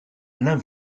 l’un